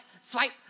swipe